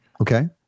okay